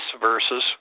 versus